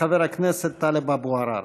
חבר הכנסת טלב אבו עראר.